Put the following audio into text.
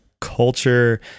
culture